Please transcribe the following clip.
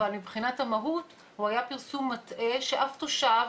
אבל מבחינת המהות הוא היה פרסום מטעה שאף תושב